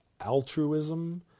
altruism